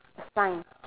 it's fine